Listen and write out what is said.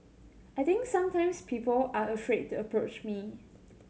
I think sometimes people are afraid to approach me